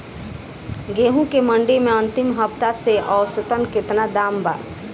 गेंहू के मंडी मे अंतिम पाँच हफ्ता से औसतन केतना दाम बा?